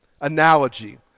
analogy